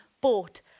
bought